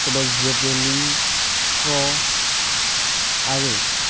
सोरबा जेबेलिं थ्र' आरो